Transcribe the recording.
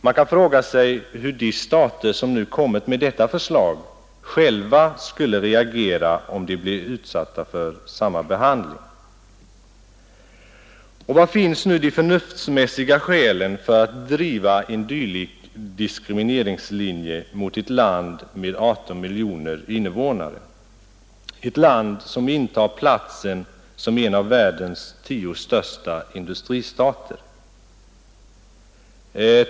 Man kan fråga sig hur de stater som nu kommit med detta förslag själva skulle reagera, om de blev utsatta för samma behandling. Var finns de förnuftsmässiga skälen för att driva en dylik diskrimineringslinje mot ett land med 18 miljoner invånare, ett land som intar platsen som en av världens tio största industristater?